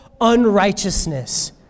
unrighteousness